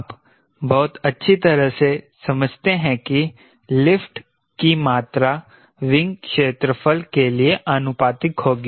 आप बहुत अच्छी तरह से समझते हैं कि लिफ्ट की मात्रा विंग क्षेत्रफल के लिए आनुपातिक होगी